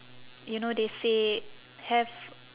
you know they say have